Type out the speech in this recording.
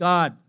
God